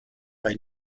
bei